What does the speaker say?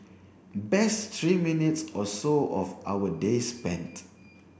best three minutes or so of our day spent